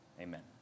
Amen